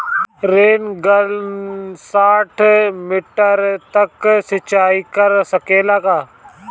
Rain gun साठ metre तक सिचाई कर सकेला का?